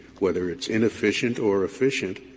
whether it's inefficient or efficient,